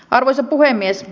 arvoisa puhemies